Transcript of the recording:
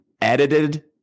edited